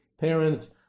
parents